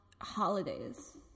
holidays